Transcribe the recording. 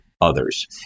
others